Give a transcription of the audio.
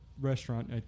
restaurant